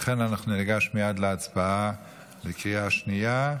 לכן, אנחנו ניגש מייד להצבעה בקריאה השנייה.